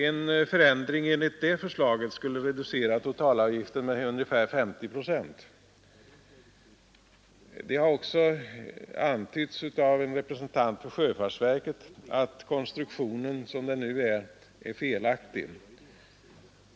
En förändring enligt det förslaget skulle reducera totalavgiften med ungefär 50 procent. Det har också antytts av representant för sjöfartsverket att den nuvarande konstruktionen är felaktig.